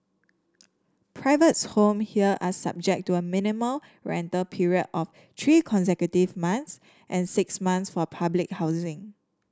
privates homes here are subject to a minimum rental period of three consecutive months and six months for public housing